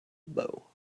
bow